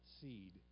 seed